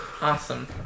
Awesome